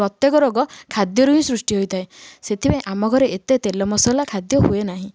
ପ୍ରତ୍ୟେକ ରୋଗ ଖାଦ୍ୟରୁ ହିଁ ସୃଷ୍ଟି ହୋଇଥାଏ ସେଥିପାଇଁ ଆମ ଘରେ ଏତେ ତେଲ ମସଲା ଖାଦ୍ୟ ହୁଏ ନାହିଁ